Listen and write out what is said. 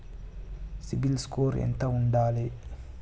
CIBIL score ఎంత ఉండాలే?